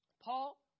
Paul